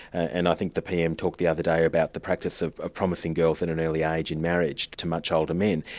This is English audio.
and i think the pm talked the other day about the practice of of promising girls at an early age in marriage to much older men,